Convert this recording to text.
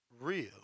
real